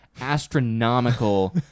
astronomical